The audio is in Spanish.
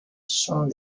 son